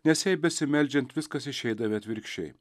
nes jai besimeldžiant viskas išeidavo atvirkščiai